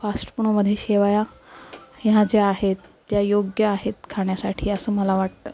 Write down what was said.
फास्टपुणमध्ये शेवया ह्या ज्या आहेत त्या योग्य आहेत खाण्यासाठी असं मला वाटतं